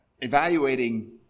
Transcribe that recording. evaluating